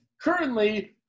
currently